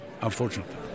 unfortunately